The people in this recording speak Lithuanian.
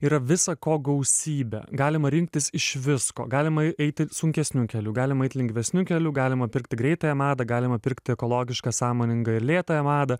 yra visa ko gausybė galima rinktis iš visko galima eiti sunkesniu keliu galima eit lengvesniu keliu galima pirkti greitąją madą galima pirkti ekologišką sąmoningą ir lėtą madą